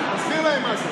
תסביר להם מה זה